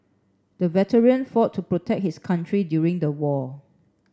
the veteran fought to protect his country during the war